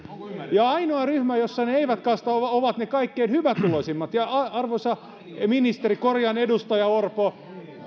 ja ainoa ryhmä jossa ne ne eivät kasva ovat ne kaikkein hyvätuloisimmat arvoisa edustaja orpo